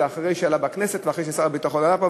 זה אחרי שזה עלה בכנסת ואחרי ששר הביטחון עלה פה,